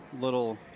little